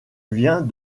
vient